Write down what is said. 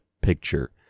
picture